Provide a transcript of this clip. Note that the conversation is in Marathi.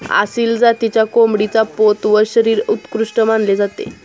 आसिल जातीच्या कोंबडीचा पोत व शरीर उत्कृष्ट मानले जाते